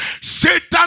Satan